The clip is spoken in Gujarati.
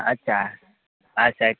અચ્છા અચ્છા એક